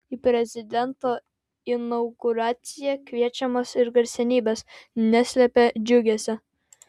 į prezidento inauguraciją kviečiamos ir garsenybės neslepia džiugesio